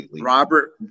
Robert